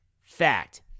fact